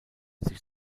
sich